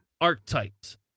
archetypes